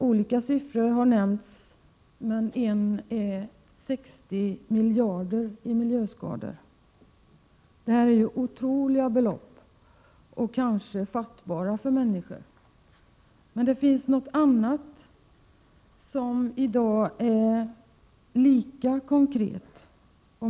Olika belopp har nämnts. Ett belopp är 60 miljarder. Det handlar således om otroliga, för människor knappt fattbara, belopp. Men det finns någonting annat som i dag är lika konkret och somt.o.m.